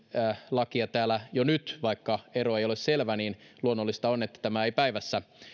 lakia täällä jo nyt vaikka ero ei ole selvä niin luonnollista on että tämä ei päivässä